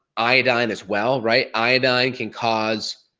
iodine as well, right? iodine can cause